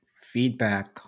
feedback